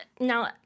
now